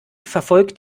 verfolgt